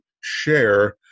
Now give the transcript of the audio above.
share